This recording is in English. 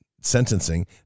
sentencing